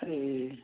ए